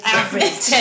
average